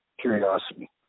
Curiosity